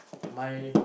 my